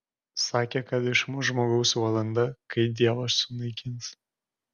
sakė kad išmuš žmogaus valanda kai dievas sunaikins